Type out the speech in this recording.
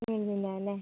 free തന്നെയാണ് അല്ലേ